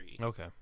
Okay